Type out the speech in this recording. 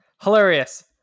Hilarious